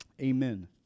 Amen